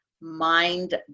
mind